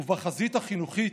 בחזית החינוכית,